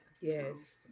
yes